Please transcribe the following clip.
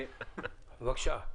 בבקשה.